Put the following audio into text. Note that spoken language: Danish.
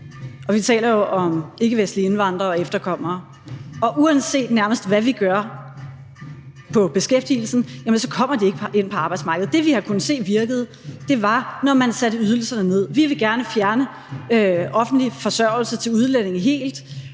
vi taler jo om ikkevestlige indvandrere og efterkommere, og nærmest uanset hvad vi gør på beskæftigelsen, kommer de ikke ind på arbejdsmarkedet. Det, vi har kunnet se virkede, var, når man satte ydelserne ned. Vi vil gerne fjerne offentlig forsørgelse til udlændinge helt,